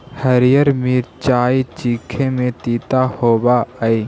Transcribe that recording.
हरीअर मिचाई चीखे में तीता होब हई